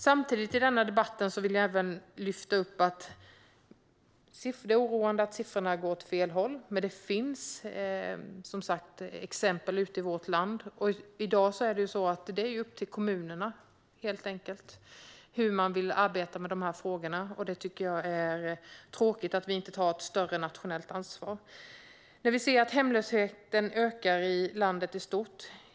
Jag vill också lyfta fram en annan sak i denna debatt. Det är oroande att siffrorna går åt fel håll, men det finns olika exempel ute i vårt land. I dag är det helt enkelt upp till kommunerna hur de vill arbeta med de här frågorna. Jag tycker att det är tråkigt att vi inte tar ett större nationellt ansvar när vi ser att hemlösheten ökar i landet i stort.